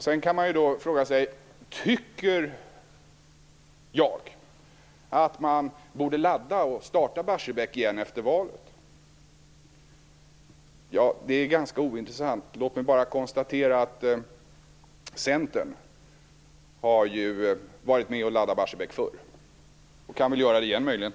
Sedan kan man fråga sig om jag tycker att man borde ladda och starta Barsebäck igen efter valet. Det är ganska ointressant, men låt mig bara konstatera att Centern ju har varit med och laddat Barsebäck förr och kan väl göra det igen möjligen.